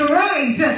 right